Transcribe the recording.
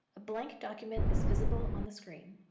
a blank document is visible on the screen.